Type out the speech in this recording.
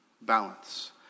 balance